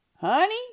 Honey